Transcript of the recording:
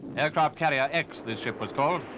aircraft carrier x this ship was called.